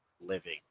living